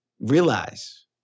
realize